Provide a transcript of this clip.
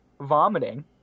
vomiting